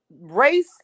race